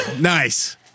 Nice